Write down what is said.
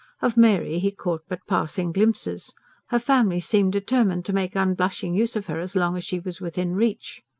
of mary he caught but passing glimpses her family seemed determined to make unblushing use of her as long as she was within reach.